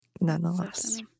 nonetheless